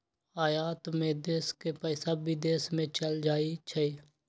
आयात में देश के पइसा विदेश में चल जाइ छइ